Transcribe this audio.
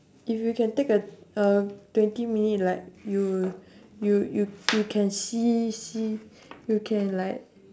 if you can take a a twenty minute like you you you you can see see you can like